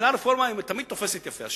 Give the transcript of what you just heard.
יופי, המלה "רפורמה" תמיד תופסת יפה.